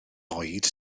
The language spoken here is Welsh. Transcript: oed